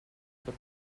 per